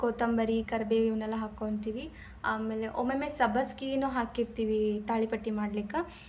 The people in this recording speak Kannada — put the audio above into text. ಕೊತ್ತಂಬರಿ ಕರ್ಬೇವು ಇವನ್ನೆಲ್ಲ ಹಾಕೊತಿವಿ ಆಮೇಲೆ ಒಮ್ಮೊಮ್ಮೆ ಸಬ್ಬಸ್ಗಿಯೂ ಹಾಕಿರ್ತೀವಿ ತಾಳಿಪಟ್ಟು ಮಾಡ್ಲಿಕ್ಕೆ